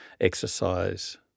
exercise